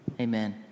amen